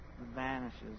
vanishes